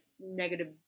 negative